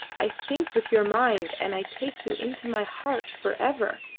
i think with your mind, and i take you into my heart for ever.